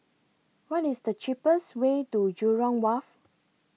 What IS The cheapest Way to Jurong Wharf